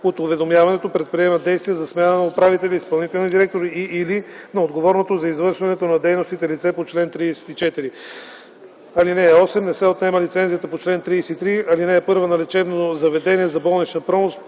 от уведомяването предприемат действия за смяна на управителя/изпълнителния директор и/или на отговорното за извършването на дейностите лице по чл. 34. (8) Не се отнема лицензията по чл. 33, ал. 1 на лечебно заведение за болнична помощ